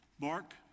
Mark